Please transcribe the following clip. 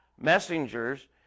messengers